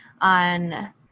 on